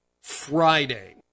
Friday